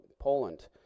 Poland